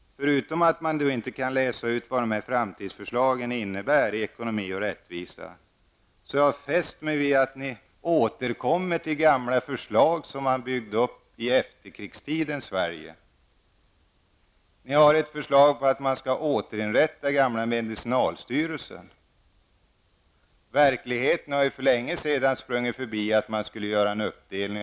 Bortsett från att man inte kan utläsa vad de framtidsförslagen innebär avseende ekonomi och rättvisa har jag fäst mig vid att ni återkommer till gamla förslag -- Ni har t.ex. ett förslag om att medicinalstyrelsen skall återinrättas. Men verkligheten har för länge sedan sprungit ifrån tanken på en sådan uppdelning.